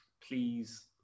please